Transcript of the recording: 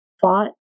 fought